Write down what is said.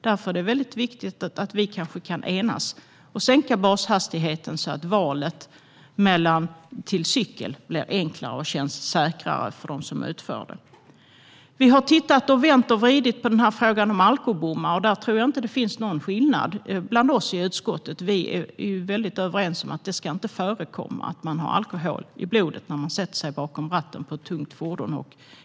Därför är det viktigt att vi kan enas om att sänka bashastigheten så att valet mellan cykel och bil blir enklare och känns säkrare för dem som utför det. Vi har tittat och vänt och vridit på frågan om alkobommar. Jag tror inte att det finns någon skillnad bland oss i utskottet, utan vi är överens om att det inte ska förekomma att man har alkohol i blodet när man sätter sig bakom ratten på ett tungt fordon.